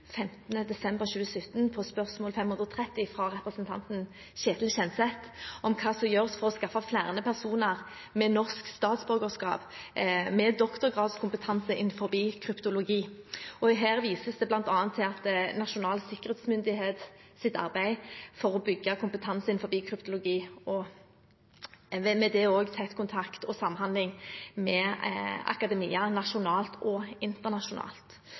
desember 2017, på spørsmål 530 fra representanten Ketil Kjenseth, om hva som gjøres for å skaffe flere personer med norsk statsborgerskap med doktorgradskompetanse innen kryptologi. Her vises det bl.a. til Nasjonal sikkerhetsmyndighets arbeid for å bygge kompetanse innen kryptologi, og med det også tett kontakt og samhandling med akademia nasjonalt og internasjonalt.